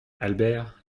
albert